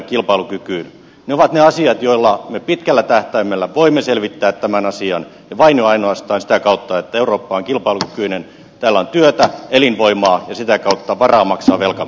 ne ovat ne asiat joilla me pitkällä tähtäimellä voimme selvittää tämän asian ja vain ja ainoastaan sitä kautta että eurooppa on kilpailukykyinen täällä on työtä elinvoimaa ja sitä kautta varaa maksaa velkamme